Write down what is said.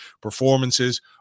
performances